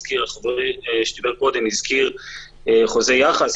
מתן גוטמן הזכיר חוזה יחס,